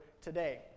today